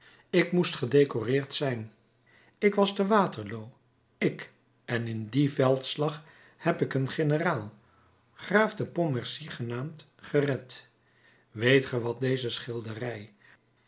ik moest gedecoreerd zijn ik was te waterloo ik en in dien veldslag heb ik een generaal graaf de pontmercy genaamd gered weet ge wat deze schilderij